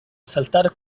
saltar